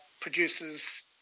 produces